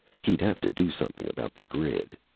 he'd have to do something about the grid.